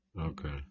Okay